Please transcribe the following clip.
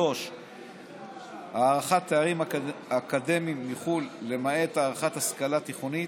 3. הערכת תארים אקדמיים מחו"ל למעט הערכת השכלה תיכונית,